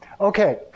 Okay